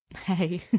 Hey